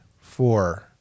four